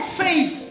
faith